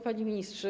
Panie Ministrze!